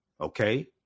okay